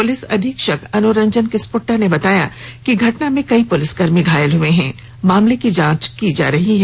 police अधीक्षक अनुरंजन किस्पोट्टा ने बताया कि घटना में कई पुलिसकर्मी घायल हुए हैं मामले की जांच की जा रही है